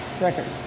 records